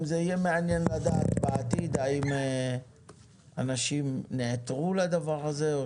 גם זה יהיה מעניין לדעת בעתיד האם אנשים נעתרו לדבר הזה או